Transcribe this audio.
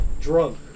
Drunk